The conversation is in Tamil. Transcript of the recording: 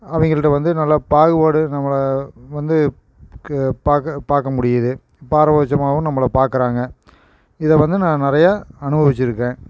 அவங்கள்ட்ட வந்து நல்லா பாகுபாடு நம்மளை வந்து கு பார்க்க பார்க்க முடியுது பாரபட்சமாவும் நம்மளை பார்க்குறாங்க இதை வந்து நான் நிறையா அனுபவித்திருக்கேன்